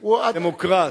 דמוקרט,